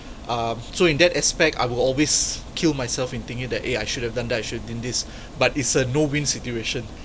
um so in that aspect I will always kill myself in thinking that eh I should have done that I should have done this but it's a no win situation